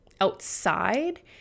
outside